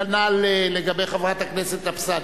כנ"ל לגבי חברת הכנסת אבסדזה.